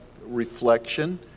reflection